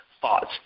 thoughts